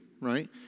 right